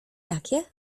jakie